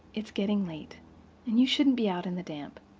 it's getting late and you shouldn't be out in the damp.